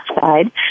side